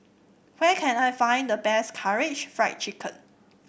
where can I find the best Karaage Fried Chicken